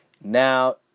Now